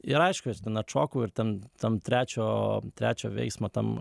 ir aišku aš ten atšokau ir ten tam trečio trečio veiksmo tam